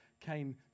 came